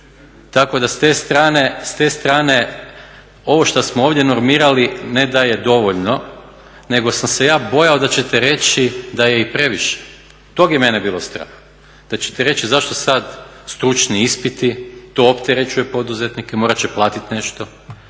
Tako da s te strane ovo što smo ovdje normirali ne da je dovoljno nego sam se ja bojao da ćete reći da je i previše, tog je mene bilo strah, da ćete reći zašto sad stručni ispiti, to opterećuje poduzetnike, morat će platit nešto,